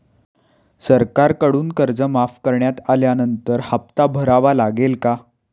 सरकारकडून कर्ज माफ करण्यात आल्यानंतर हप्ता भरावा लागेल का?